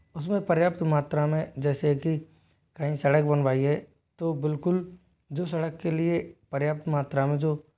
उस में पर्याप्त मात्रा में जैसे कि कहीं सड़क बनवाई है तो बिल्कुल जो सड़क के लिए पर्याप्त मात्रा में जो